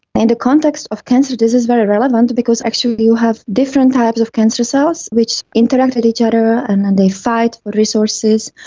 and context of cancer this is very relevant because actually you have different types of cancer cells which interact with each other and then they fight for resources,